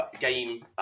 game